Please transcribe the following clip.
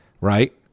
Right